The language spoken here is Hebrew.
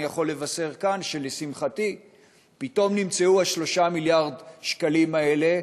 אני יכול לבשר כאן שלשמחתי פתאום נמצאו 3 מיליארד השקלים האלה,